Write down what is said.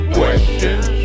questions